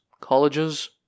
Colleges